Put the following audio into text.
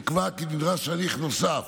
נקבע כי נדרש הליך נוסף